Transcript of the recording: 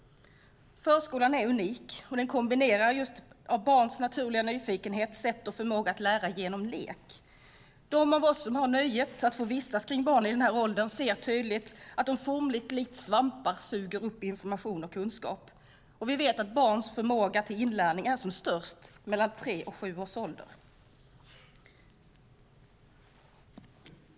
Förskolan är unik och kombinerar barns naturliga nyfikenhet med deras sätt och förmåga att lära genom lek. De av oss som har nöjet att få vistas kring barn i denna ålder ser tydligt att de likt svampar suger upp information och kunskap. Vi vet att barns förmåga till inlärning är som störst mellan tre och sju års ålder.